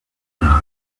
lie